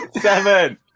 Seven